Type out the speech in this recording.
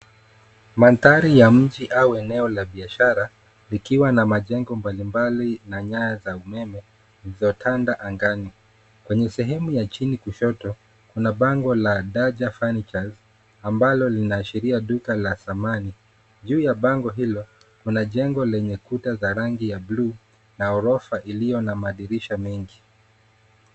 Mandhari ya mji au eneo la biashara likiwa na majengo mbali mbali na nyaya za umeme zilizotanda angani. kwenye sehemu ya chini kushoto, kuna bango la Daja Furnitures ambalo linaashiria duka la samani. Juu ya bango hilo kuna jengo lenye kuta za rangi ya buluu na orofa iliyo na madirisha mengi.